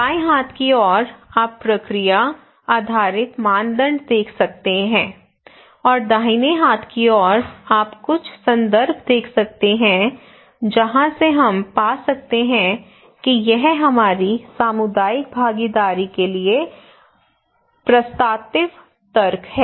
बाएं हाथ की ओर आप प्रक्रिया आधारित मानदंड देख सकते हैं और दाहिने हाथ की ओर आप कुछ संदर्भ देख सकते हैं जहां से हम पा सकते हैं कि यह हमारी सामुदायिक भागीदारी के लिए प्रस्तावित तर्क है